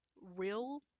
real